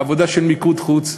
עבודה של מיקור חוץ.